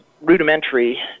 rudimentary